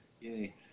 Yay